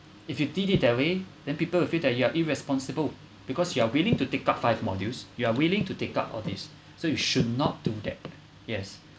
if you did it that way then people will feel that you are irresponsible because you are willing to take up five modules you are willing to take up all these so you should not do that yes